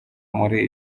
muri